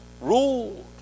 ruled